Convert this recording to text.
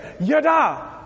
Yada